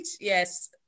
yes